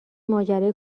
ماجرای